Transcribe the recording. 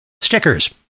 stickers